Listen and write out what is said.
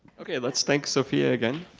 okay, let's thank sophia again.